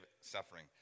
suffering